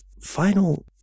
final